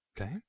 Okay